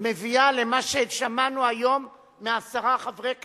מביאה למה ששמענו היום מעשרה חברי כנסת: